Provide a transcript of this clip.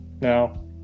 now